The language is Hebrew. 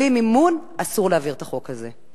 בלי מימון אסור להעביר את החוק הזה.